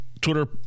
Twitter